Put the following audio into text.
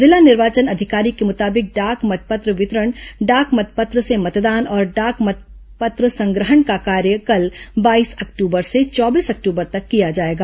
जिला निर्वाचन अधिकारी के मुताबिक डाक मतपत्र वितरण डाक मतपत्र से मतदान और डाक मतपत्र संगहण का कार्य कल बाईस अक्टूबर से चौबीस अक्टूबर तक किया जाएगा